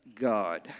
God